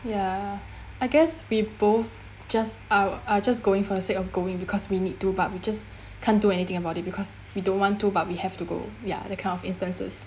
ya I guess we both just are are just going for the sake of going because we need to but we just can't do anything about it because we don't want to but we have to go ya that kind of instances